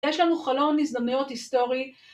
יש לנו חלון הזדמנויות היסטורי.